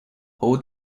hold